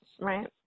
right